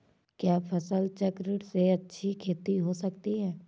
क्या फसल चक्रण से अच्छी खेती हो सकती है?